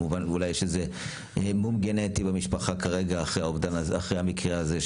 אולי יש איזה מום גנטי במשפחה שהיא לא מודעת אליו.